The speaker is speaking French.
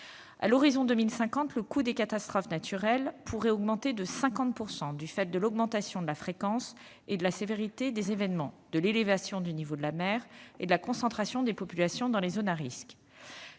À l'horizon de 2050, le coût des catastrophes naturelles pourrait augmenter de 50 % du fait de l'augmentation de la fréquence et de la sévérité des événements, de l'élévation du niveau de la mer et de la concentration des populations dans les zones à risques.